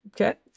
Okay